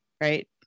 right